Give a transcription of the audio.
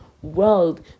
world